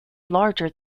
larger